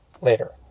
later